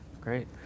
great